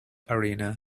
arena